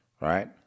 right